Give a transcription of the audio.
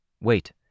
Wait